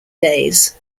days